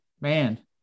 man